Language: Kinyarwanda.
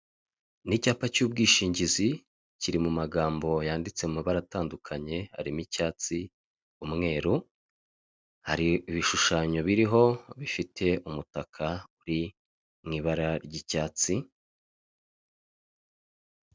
Ni icyapa cy'ubwishingizi kiri mumagambo yanditse mumabara atandukanye, arimo icyatsi umweru, hari ibishushanyo biriho bifite umutaka uri mu ibara ry'icyatsi.